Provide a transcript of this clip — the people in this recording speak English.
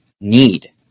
need